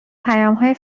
پیامهای